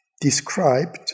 described